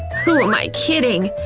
who am i kidding.